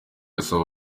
asaba